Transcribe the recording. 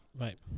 Right